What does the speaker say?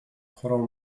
chorą